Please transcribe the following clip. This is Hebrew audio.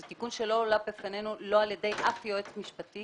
זה תיקון שלא הועלה בפנינו על ידי איזשהו יועץ משפטי